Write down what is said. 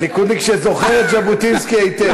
ליכודניק שזוכר את ז'בוטינסקי היטב.